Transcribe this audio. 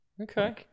Okay